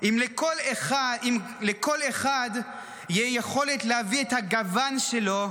אם לכל אחד תהיה יכולת להביא את הגוון שלו,